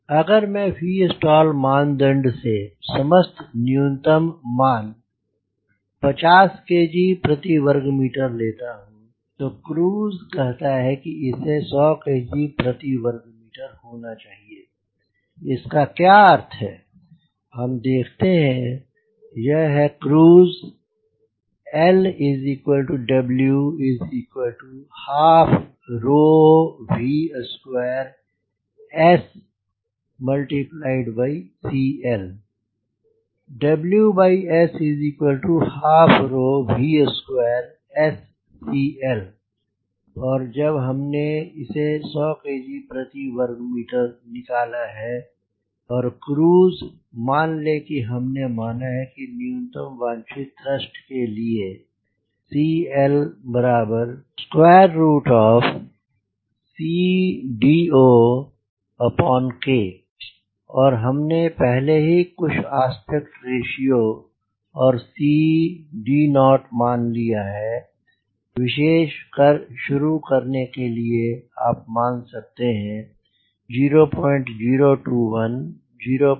अगर मैं Vstall मानदंड से सम्मत न्यूनतम मान 50 kg प्रति वर्ग मीटर लेता हूँ और क्रूज कहता है इसे 100 kg प्रति वर्ग मीटर होना चाहिए इसका क्या अर्थ है हम देखते हैं यह है क्रूज LW12V2SCL WS12V2SCL और जब हमने इसे 100 kg प्रति वर्ग मीटर निकाला है और क्रूज मान लें कि हमने माना है कि न्यूनतम वांछित थ्रस्ट जिसके लिए CLCD0K और हमने पहले ही कुछ आस्पेक्ट रेश्यो और CD0 मान लिया है विशेष कर शुरू करने के लिए आप मान सकते हैं 0021 0025